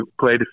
played